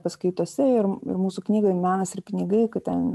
paskaitose ir mūsų knygoj menas ir pinigai ten